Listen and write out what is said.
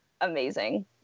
amazing